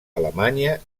alemanya